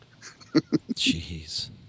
Jeez